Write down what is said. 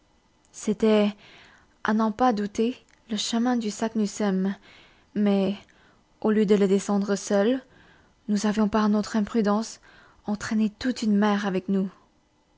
c'était à n'en pas douter le chemin de saknussemm mais au lieu de le descendre seul nous avions par notre imprudence entraîné toute une mer avec nous